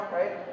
right